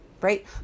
right